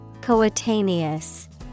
Coetaneous